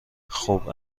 خوب